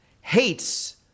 hates